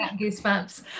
goosebumps